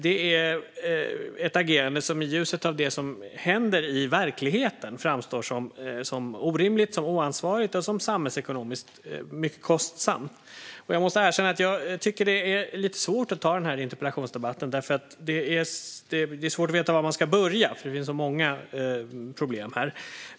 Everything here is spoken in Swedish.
Det är ett agerande som i ljuset av det som händer i verkligheten framstår som orimligt, oansvarigt och samhällsekonomiskt mycket kostsamt. Jag måste erkänna att jag tycker att det är lite svårt att ta den här interpellationsdebatten. Det är svårt att veta var man ska börja, för det finns många problem här.